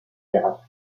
l’erreur